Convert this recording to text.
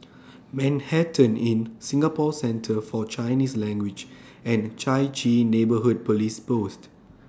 Manhattan Inn Singapore Centre For Chinese Language and Chai Chee Neighbourhood Police Post